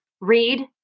read